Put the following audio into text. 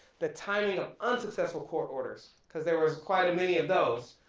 the timing of unsuccessful court orders, cause there was quite a many of those,